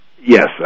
Yes